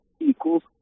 equals